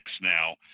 now